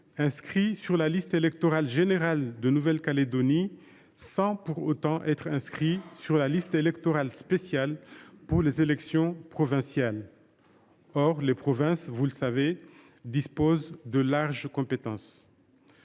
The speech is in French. inscrits sur la liste électorale générale de Nouvelle Calédonie sans pour autant être inscrits sur la liste électorale spéciale pour les élections provinciales. Or les provinces exercent de larges compétences.